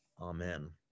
Amen